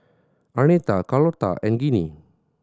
Arnetta Carlotta and Ginny